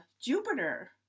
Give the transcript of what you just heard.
Jupiter